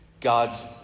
God's